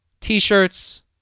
T-shirts